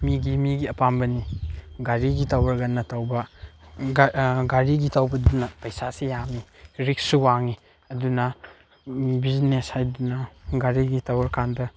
ꯃꯤꯒꯤ ꯃꯤꯒꯤ ꯑꯄꯥꯝꯕꯅꯤ ꯒꯥꯔꯤꯒꯤ ꯇꯧꯔꯒꯅ ꯇꯧꯕ ꯒꯥꯔꯤꯒꯤ ꯇꯧꯕꯗꯅ ꯄꯩꯁꯥꯁꯦ ꯌꯥꯝꯃꯤ ꯔꯤꯛꯁ ꯋꯥꯡꯏ ꯑꯗꯨꯅ ꯕꯤꯖꯤꯅꯦꯁ ꯍꯥꯏꯗꯅ ꯒꯥꯔꯤꯒꯤ ꯇꯧꯔ ꯀꯥꯟꯗ